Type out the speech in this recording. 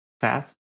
path